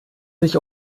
sich